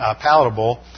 palatable